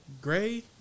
gray